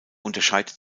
unterscheidet